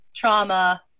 Trauma